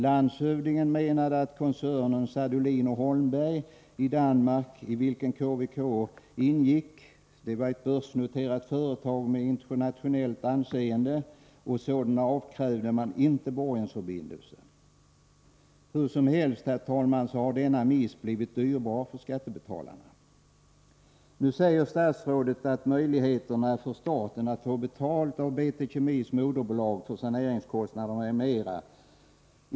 Landshövdingen menade att koncernen Sadolin & Holmblad i Danmark, i vilken KVK ingick, var ett börsnoterat företag med internationellt anseende, och sådana avkrävde man inte borgensförbindelser. Hur som helst, herr talman, har denna miss blivit dyrbar för skattebetalarna. Nu säger statsrådet att det inte är juridiskt möjligt för staten att få betalt av BT Kemis moderbolag för saneringskostnader m.m.